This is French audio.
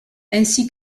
ainsi